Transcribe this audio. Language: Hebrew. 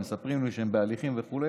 הם מספרים לי שהם בהליכים וכו'